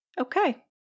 Okay